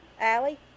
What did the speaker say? Allie